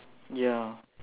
ya